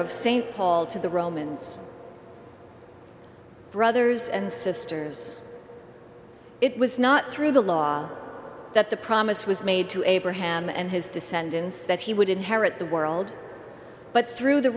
of st paul to the romans brothers and sisters it was not through the law that the promise was made to abraham and his descendants that he would inherit the world but through the